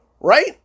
Right